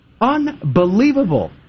Unbelievable